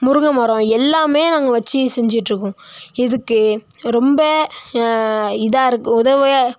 முருங்கமரம் எல்லாவும் நாங்கள் வச்சி செஞ்சிட்டுருக்கோம் இதுக்கு ரொம்ப இதா இருக் உதவியா